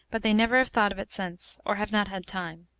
but they never have thought of it since, or have not had time.